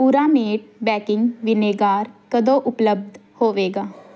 Puramate baking vinegar ਕਦੋਂ ਉਪਲਬਧ ਹੋਵੇਗਾ